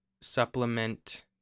supplement